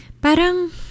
parang